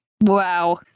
Wow